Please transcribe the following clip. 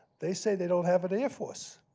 they say they don't have an air force.